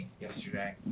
yesterday